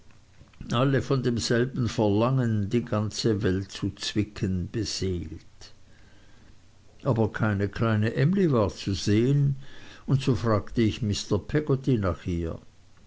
alle von demselben verlangen die ganze welt zu zwicken beseelt aber keine kleine emly war zu sehen und so fragte ich mr peggotty nach ihr